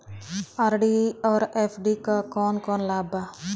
RD और FD क कौन कौन लाभ बा?